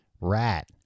rat